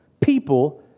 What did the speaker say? people